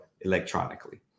electronically